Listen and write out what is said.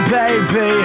baby